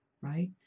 right